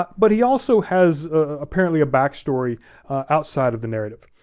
but he also has apparently a backstory outside of the narrative.